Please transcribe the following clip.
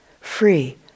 free